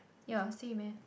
ya same eh